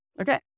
okay